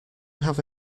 have